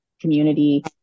community